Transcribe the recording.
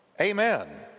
Amen